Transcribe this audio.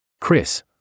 Chris